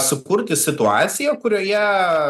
sukurti situaciją kurioje